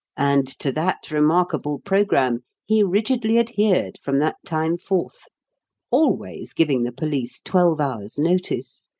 and to that remarkable programme he rigidly adhered from that time forth always giving the police twelve hours' notice,